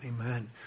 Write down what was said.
Amen